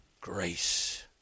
Grace